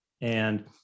And-